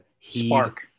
spark